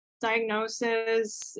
diagnosis